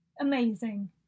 amazing